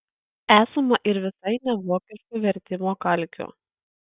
esama ir visai nevokiškų vertimo kalkių